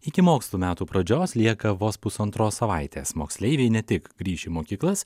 iki mokslų metų pradžios lieka vos pusantros savaitės moksleiviai ne tik grįš į mokyklas